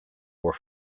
were